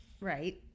Right